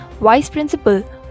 Vice-Principal